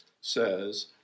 says